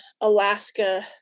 Alaska